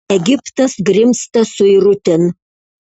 egiptas grimzta suirutėn